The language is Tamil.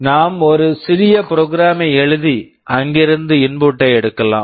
நாம் ஒரு சிறிய ப்ரோக்ராம் program ஐ எழுதி அங்கிருந்து இன்புட் input ஐ எடுக்கலாம்